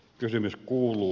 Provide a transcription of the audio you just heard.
kysymys kuuluu